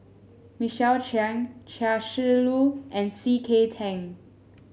Michael Chiang Chia Shi Lu and C K Tang